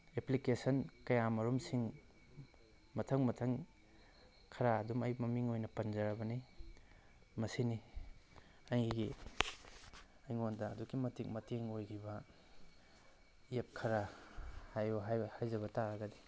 application ꯀꯌꯥꯃꯔꯨꯝꯁꯤꯡ ꯃꯊꯪ ꯃꯊꯪ ꯈꯔ ꯑꯗꯨꯝ ꯑꯩ ꯃꯃꯤꯡ ꯑꯣꯏꯅ ꯄꯟꯖꯔꯕꯅꯤ ꯃꯁꯤꯅꯤ ꯑꯩꯒꯤ ꯑꯩꯉꯣꯟꯗ ꯑꯗꯨꯛꯀꯤ ꯃꯇꯤꯛ ꯃꯇꯦꯡ ꯑꯣꯏꯈꯤꯕ ꯑꯦꯞ ꯈꯔ ꯍꯥꯏꯌꯣ ꯍꯥꯏꯖꯕ ꯇꯥꯔꯒꯗꯤ